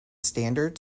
standard